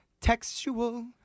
textual